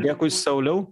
dėkui sauliau